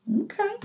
Okay